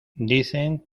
dicen